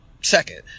second